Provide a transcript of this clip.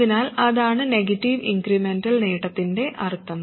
അതിനാൽ അതാണ് negative incremental നേട്ടത്തിന്റെ അർത്ഥം